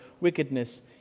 wickedness